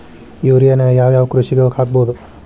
ಯೂರಿಯಾನ ಯಾವ್ ಯಾವ್ ಕೃಷಿಗ ಹಾಕ್ಬೋದ?